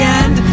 end